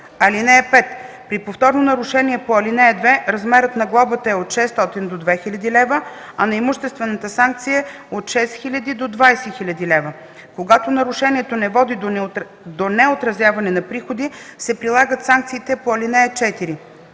лв. (5) При повторно нарушение по ал. 2 размерът на глобата е от 600 до 2000 лв., а на имуществената санкция – от 6000 до 20 000 лв. Когато нарушението не води до неотразяване на приходи, се прилагат санкциите по ал. 4.